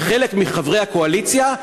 כחלק מחברי הקואליציה,